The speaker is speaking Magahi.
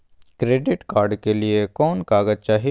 क्रेडिट कार्ड के लिए कौन कागज चाही?